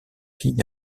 filles